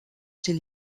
ses